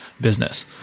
business